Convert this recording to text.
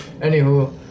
Anywho—